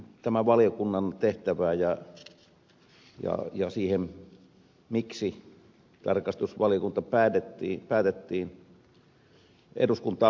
ensinnä valiokunnan tehtävästä ja siitä miksi tarkastusvaliokunta päätettiin eduskuntaan muodostaa